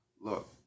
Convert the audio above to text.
look